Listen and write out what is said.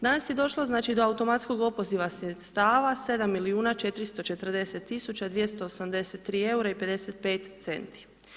Danas je došlo do automatskog opoziva sredstava, 7 milijuna 440 tisuća 283 eura i 55 centi.